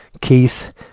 Keith